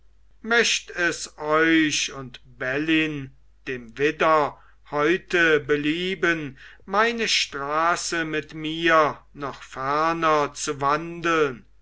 möcht es euch und bellyn dem widder heute belieben meine straße mit mir noch ferner zu wandeln